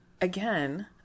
again